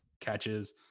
catches